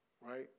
Right